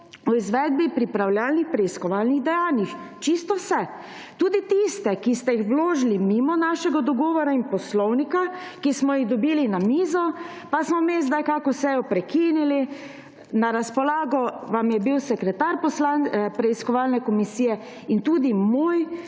o izvedbi pripravljalnih preiskovalnih dejanj, čisto vse, tudi tiste, ki ste jih vložili mimo našega dogovora in poslovnika, ki smo jih dobili na mizo, pa smo vmes kdaj kakšno sejo prekinili. Na razpolago vam je bil sekretar preiskovalne komisije in tudi moj